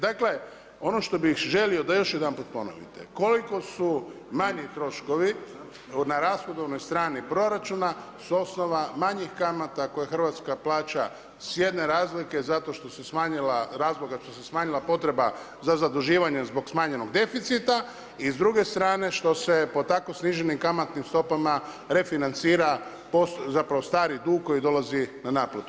Dakle, ono što bih želio da još jedanput ponovite, koliko su manji troškovi, na rashodovnoj strani proračuna, s osnova manjih kamata koje Hrvatska plaća s jedne razlike zato što se smanjila potreba za zaduživanje zbog smanjenog deficita i s druge strane što se po tako sniženim kamatnim stopama refinancira, zapravo stari dug koji dolazi na naplatu.